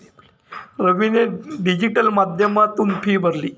रवीने डिजिटल माध्यमातून फी भरली